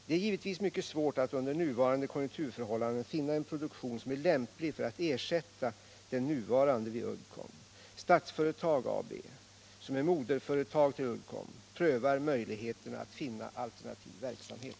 Det är givetvis mycket svårt att under nuvarande konjunkturförhållanden finna en produktion som är lämplig för att ersätta den nuvarande vid Uddcomb. Statsföretag AB, som är moderföretag till Uddcomb, prövar möjligheterna att finna alternativ verksamhet.